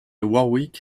warwick